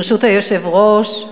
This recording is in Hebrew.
ברשות היושב-ראש,